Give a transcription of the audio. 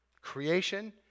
creation